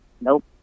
nope